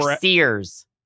Sears